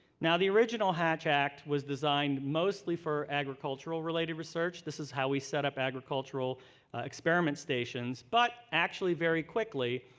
now, the original hatch act was designed mostly for agricultural-related research. this is how we set up agricultural experiment stations but, actually very quickly,